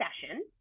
session